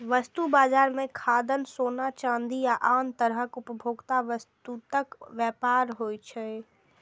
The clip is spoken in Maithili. वस्तु बाजार मे खाद्यान्न, सोना, चांदी आ आन तरहक उपभोक्ता वस्तुक व्यापार होइ छै